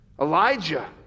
Elijah